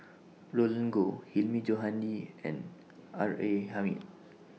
Roland Goh Hilmi Johandi and R A Hamid